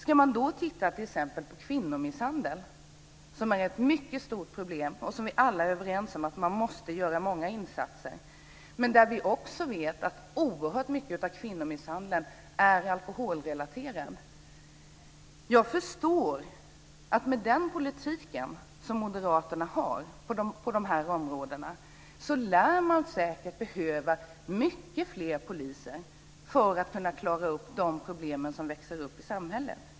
Beträffande kvinnomisshandeln, som är ett mycket stort problem och som vi alla är överens om att man måste göra många insatser mot, vet vi också att oerhört mycket av den är alkoholrelaterad. Jag förstår att med den politik som moderaterna har på dessa områden så lär man säkert behöva mycket fler poliser för att kunna klara av de problem som växer upp i samhället.